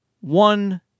one